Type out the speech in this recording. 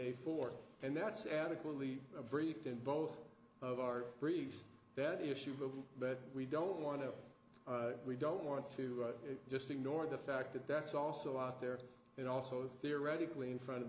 eighty four and that's adequately briefed in both of our briefs that the issue but we don't want to we don't want to just ignore the fact that that's also out there and also theoretically in front of